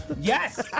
Yes